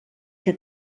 que